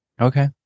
Okay